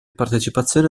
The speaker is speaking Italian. partecipazione